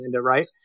right